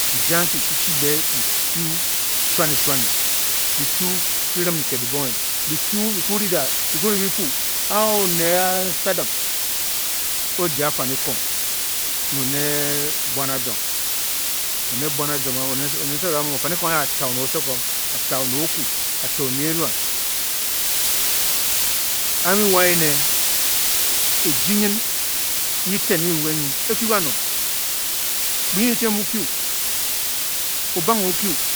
Kuje anki ki-chi bě bi-kyu shuane-shuane, bi-kyu kirim kiked gi bonghe, bi-kyu bi kwu ri dat, bi kwu ri bi-fuu a onee Nsadop o-ja afamikong ne oned Buan Azon, oned Buan a muu oned Nsa dop a muu afamkong anyi a-ta oned usokom, a-ta oned oku, a-ta oned Eman. a a bi wa a èné eji ngin, nyi ten nyi bi muu ge nyi, e-kyu ga nong, bu nyin dyitum bu-kyu, obanghe o-kyu.